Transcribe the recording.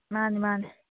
ꯃꯥꯅꯤ ꯃꯥꯅꯤ